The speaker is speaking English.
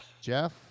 Jeff